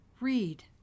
read